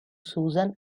susan